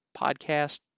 podcast